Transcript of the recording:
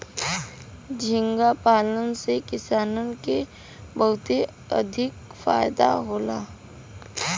झींगा पालन से किसानन के बहुते अधिका फायदा होला